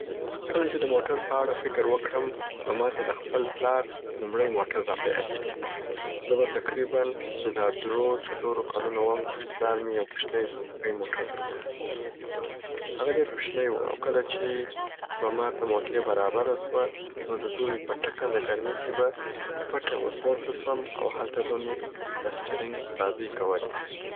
کله چې د موټر په اړه فکر وکړم نو ماته د خپل پلار لوموړی موټر را په یادیږي. زه به تقریباً د دا درو څلورو کلونو وم چې پلار مي یو کوچنی سوزکۍ موټر درلودی. هغه ډېر کوچنی و، او کله چې به ماته موقع برابره سوه نو د دوبي په ټکنده ګرمي کي به په پټه ور پورته سوم او هلته به مي په سټرینګ بازۍ کولې.